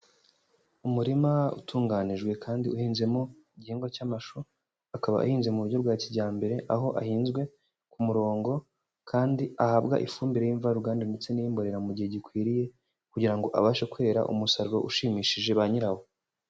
Umurima utunganijwe kandi uhinzemo igihingwa cy'amashu, akaba ahinze mu buryo bwa kijyambere, aho ahinzwe ku murongo kandi ahabwa ifumbire y'imvaruganda ndetse n'iy'imborera mu gihe gikwiriye, kugira ngo abashe kwera umusaruro ushimishije banyirawo.